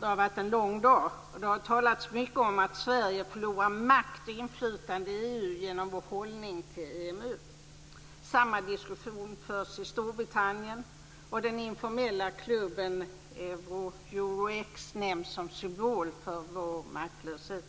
Det har varit en lång dag. Det har talats mycket om att Sverige förlorar makt och inflytande i EU genom vår hållning till EMU. Samma diskussion förs i Storbritannien. Den informella klubben Euro-X nämns som symbol för vår maktlöshet.